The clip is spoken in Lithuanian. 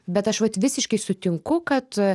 bet aš vat visiškai sutinku kad